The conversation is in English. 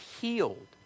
healed